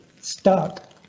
stuck